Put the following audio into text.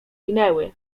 minęły